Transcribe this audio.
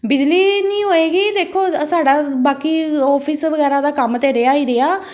ਬਿਜਲੀ ਨਹੀਂ ਹੋਏਗੀ ਦੇਖੋ ਸਾਡਾ ਬਾਕੀ ਔਫਿਸ ਵਗੈਰਾ ਦਾ ਕੰਮ ਤਾਂ ਰਿਹਾ ਹੀ ਰਿਹਾ